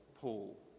Paul